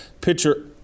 pitcher